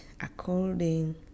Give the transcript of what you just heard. according